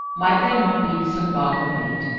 might there not be some bargain made?